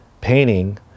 painting